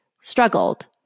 struggled